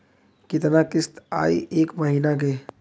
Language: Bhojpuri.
कितना किस्त आई एक महीना के?